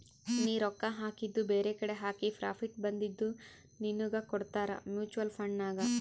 ನೀ ರೊಕ್ಕಾ ಹಾಕಿದು ಬೇರೆಕಡಿ ಹಾಕಿ ಪ್ರಾಫಿಟ್ ಬಂದಿದು ನಿನ್ನುಗ್ ಕೊಡ್ತಾರ ಮೂಚುವಲ್ ಫಂಡ್ ನಾಗ್